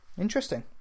interesting